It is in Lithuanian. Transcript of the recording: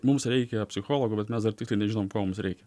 mums reikia psichologo bet mes dar tiksliai nežinom ko mums reikia